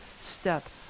step